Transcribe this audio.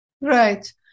Right